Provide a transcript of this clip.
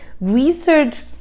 research